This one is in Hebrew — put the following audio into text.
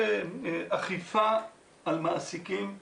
ואכיפה על מעסיקים.